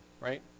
right